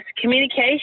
communication